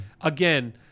again